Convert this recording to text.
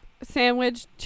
Sandwich